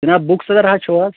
جناب book seller حظ چھُو حظ